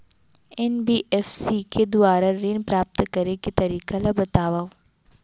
NBFC के दुवारा ऋण प्राप्त करे के तरीका ल बतावव?